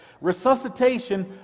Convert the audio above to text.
Resuscitation